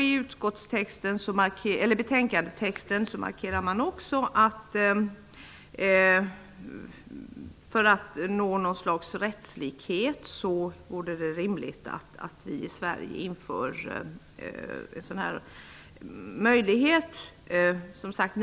I betänkandetexten markerar man också att det vore rimligt att vi i Sverige inför en sådan här möjlighet för att uppnå något slags rättslikhet.